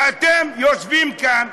ואתם יושבים כאן,